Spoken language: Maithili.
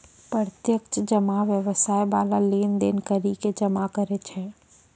प्रत्यक्ष जमा व्यवसाय बाला लेन देन करि के जमा करै छै